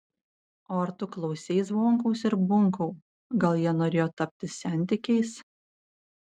o ar tu klausei zvonkaus ir bunkau gal jie norėjo tapti sentikiais